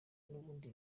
n’ubundi